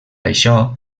això